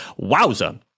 Wowza